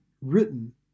written